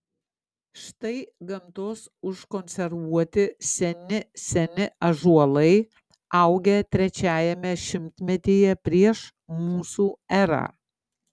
štai gamtos užkonservuoti seni seni ąžuolai augę trečiajame šimtmetyje prieš mūsų erą